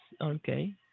Okay